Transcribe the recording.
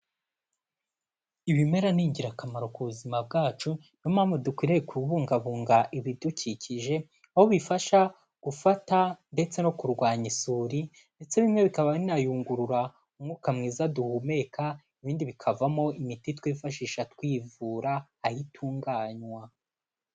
Ibimera ni ingirakamaro ku buzima bwacu, niyo mpamvu dukwiriye kubungabunga ibidukikije, aho bifasha gufata ndetse no kurwanya isuri ndetse bimwe bikaba binayungurura umwuka mwiza duhumeka, ibindi bikavamo imiti twifashisha twivura aho itunganywa.